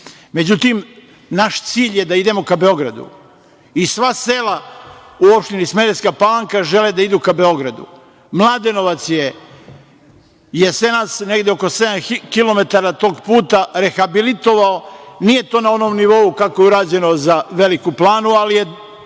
naš cilj je da idemo ka Beogradu. I sva sela u opštini Smederevska Palanka žele da idu ka Beogradu. Mladenovac je jesenas negde oko sedam kilometara tog puta rehabilitovao. Nije to na onom nivou kako je urađeno za Veliku Planu, ali je jako